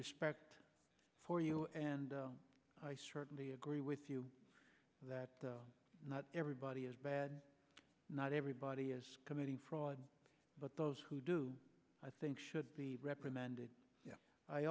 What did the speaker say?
respect for you and i certainly agree with you that not everybody is bad not everybody is committing fraud but those who do i think should be reprimanded ye